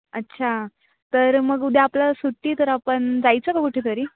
अच्छा तर मग उद्या आपल्याला सुट्टी तर आपण जायचं का कुठे तरी